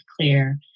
clear